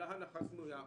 שכולה הנחה סמויה.